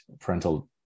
parental